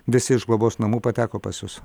visi iš globos namų pateko pas jus